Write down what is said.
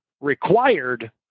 required